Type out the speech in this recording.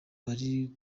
bari